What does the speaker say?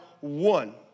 one